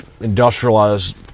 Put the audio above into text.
industrialized